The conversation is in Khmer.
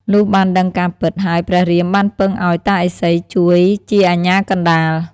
លុះបានដឹងការពិត ហើយព្រះរាមបានពឹងឱ្យតាឥសីជួយជាអាជ្ញាកណ្តាល។